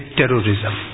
terrorism